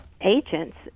agents